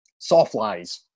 Sawflies